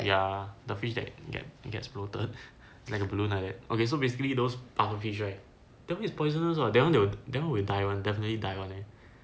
ya the fish that get gets bloated like a balloon like that okay so basically those pufferfish right that means poisonous [what] that one will that one will die [one] definitely die [one] eh